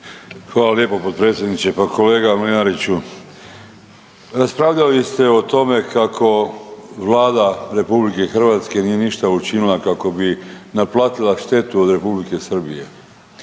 Hvala lijepo potpredsjedniče. Pa kolega Mlinariću, raspravljali ste o tome kako Vlada RH nije ništa učinila kako bi naplatila štetu od Republike Srbije.